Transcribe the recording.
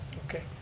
okay,